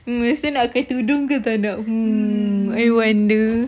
lepas tu nak pakai tudung ke tak I wonder